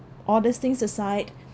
all these things aside